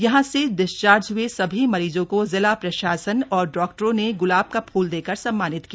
यहां से डिस्चार्ज ह्ए सभी मरीजो को जिला प्रशासन और डॉक्टरों ने गुलाब का फूल देकर सम्मानित किया